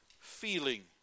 feeling